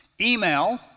email